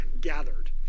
gathered